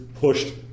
pushed